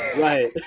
right